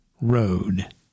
road